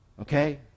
Okay